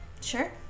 Sure